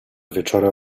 wieczora